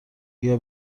بیا